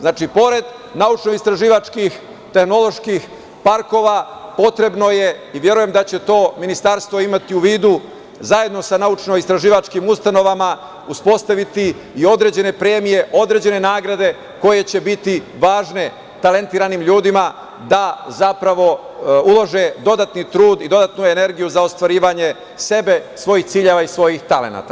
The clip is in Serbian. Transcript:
Znači, pored naučno-istraživačkih, tehnoloških parkova potrebno je, i verujem da će to ministarstvo imati u vidu zajedno sa naučno-istraživačkim ustanovama uspostaviti i određene premije, određene nagrade koje će biti važne talentovanim ljudima da zapravo ulože dodatni trudi i dodatnu energiju za ostvarivanje sebe, svojih ciljeva i svojih talenata.